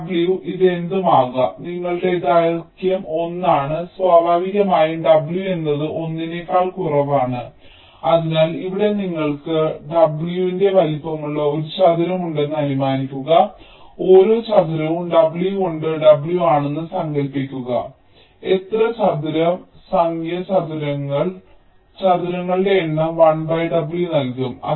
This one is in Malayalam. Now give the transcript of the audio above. w ഇത് എന്തും ആകാം നിങ്ങളുടെ ദൈർഘ്യം l ആണ് സ്വാഭാവികമായും w എന്നത് l നേക്കാൾ കുറവാണ് അതിനാൽ ഇവിടെ നിങ്ങൾക്ക് w ന്റെ വലിപ്പമുള്ള ഒരു ചതുരം ഉണ്ടെന്ന് അനുമാനിക്കുക ഓരോ ചതുരവും w കൊണ്ട് w ആണെന്ന് സങ്കൽപ്പിക്കുക എത്ര ചതുര സംഖ്യാ ചതുരങ്ങൾ ചതുരങ്ങളുടെ എണ്ണം lw നൽകും